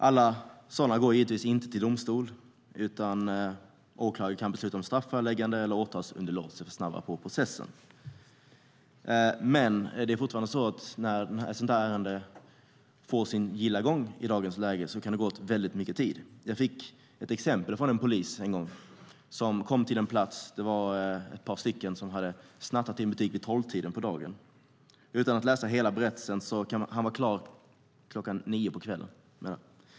Alla sådana går givetvis inte till domstol, utan åklagare kan besluta om strafföreläggande eller åtalsunderlåtelse för att snabba på processen. Men det är fortfarande så att det kan gå åt väldigt mycket tid åt ett sådant här ärende i dagens läge. Jag fick ett exempel från en polis en gång. Han kom till en plats. Det var ett par personer som hade snattat i en butik vid 12-tiden på dagen. Utan att läsa hela berättelsen kan jag säga att han var klar med det här kl. 21.